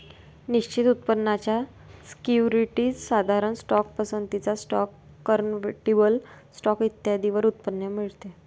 निश्चित उत्पन्नाच्या सिक्युरिटीज, साधारण स्टॉक, पसंतीचा स्टॉक, कन्व्हर्टिबल स्टॉक इत्यादींवर उत्पन्न मिळते